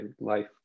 life